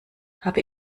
habe